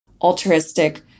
altruistic